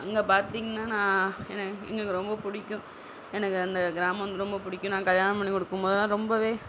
அங்கே பார்த்தீங்கன்னா நான் எனக்கு எங்களுக்கு ரொம்ப பிடிக்கும் எனக்கு அந்த கிராமம் வந்து ரொம்ப பிடிக்கும் நான் கல்யாணம் பண்ணி கொடுக்கும்போது தான் ரொம்பவே